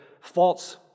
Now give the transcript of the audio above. false